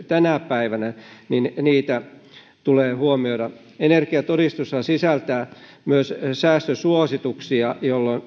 tänä päivänä tulee huomioida energiatodistushan sisältää myös säästösuosituksia